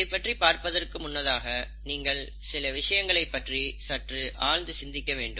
இதைப்பற்றி பார்ப்பதற்கு முன்னதாக நீங்கள் சில விஷயங்களைப் பற்றி சற்று ஆழ்ந்து சிந்திக்க வேண்டும்